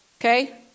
Okay